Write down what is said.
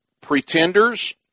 Pretenders